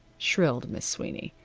shrilled miss sweeney.